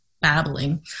babbling